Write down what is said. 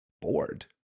bored